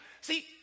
See